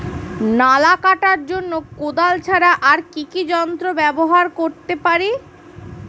নালা কাটার জন্য কোদাল ছাড়া আর কি যন্ত্র ব্যবহার করতে পারি?